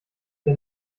der